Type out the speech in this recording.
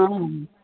অঁ